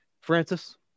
Francis